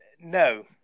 no